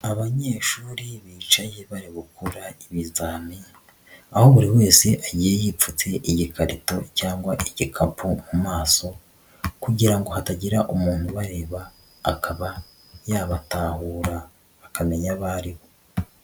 Abanyeshuri bicaye bari gukora ibizami aho buri wese agiye yipfute igikarito cyangwa igikapu mu maso kugira ngo hatagira umuntu ubareba akaba yabatahura bakamenya abo ari bo.